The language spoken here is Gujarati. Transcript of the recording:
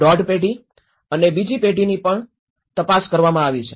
૫ પેઢી અને બીજી પેઢીની પણ તપાસ કરવામાં આવી છે